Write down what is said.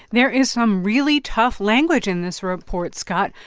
there is some really tough language in this report, scott.